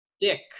Dick